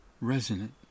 resonant